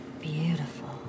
beautiful